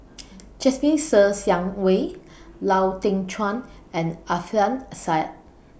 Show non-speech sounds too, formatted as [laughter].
[noise] Jasmine Ser Xiang Wei Lau Teng Chuan and Alfian Sa'at